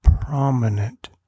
prominent